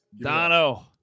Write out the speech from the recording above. Dono